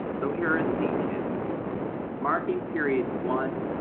so here are the details marking periods one,